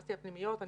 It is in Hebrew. התייחסתי לפנימיות.